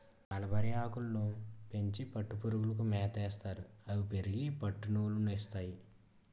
మలబరిఆకులని పెంచి పట్టుపురుగులకి మేతయేస్తారు అవి పెరిగి పట్టునూలు ని ఇస్తాయి